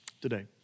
today